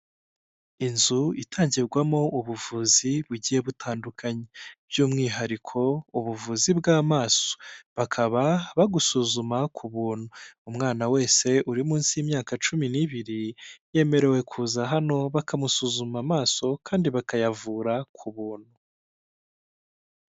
Inzu itangirwamo ubuvuzi bugiye butandukanye, by'umwihariko ubuvuzi bw'amaso. Bakaba bagusuzuma ku buntu .Umwana wese uri munsi y'imyaka cumi n'ibiri , yemerewe kuza hano bakamusuzuma amaso kandi bakayavura ku buntu.